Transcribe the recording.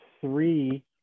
three